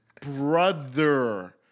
brother